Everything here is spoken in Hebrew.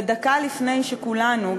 ודקה לפני שכולנו,